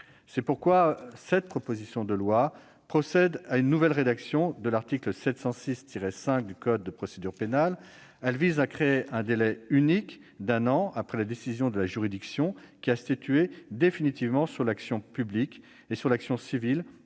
C'est pourquoi la présente proposition de loi procède à une nouvelle rédaction de l'article 706-5 du code de procédure pénale. Elle vise à créer un délai unique d'un an après la décision de la juridiction qui a statué définitivement sur l'action publique et sur l'action civile